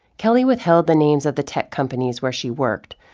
kelly withheld the names of the tech companies where she worked.